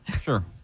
sure